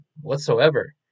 whatsoever